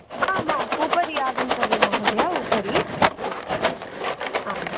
आम् आम् उपरि आगन्तव्यं महोदय उपरि आम्